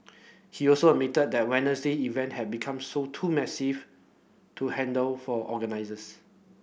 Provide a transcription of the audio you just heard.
he also admitted that event had become so too massive to handle for organisers